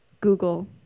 Google